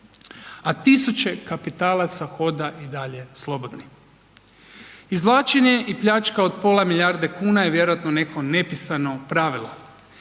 a tisuće kapitalaca hoda i dalje slobodni. Izvlačenje i pljačka od pola milijarde kuna je vjerojatno neko nepisano pravilo.